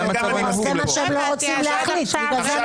אני מסכים איתו.